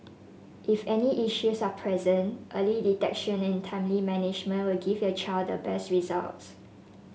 if any issues are present early detection and timely management will give your child the best results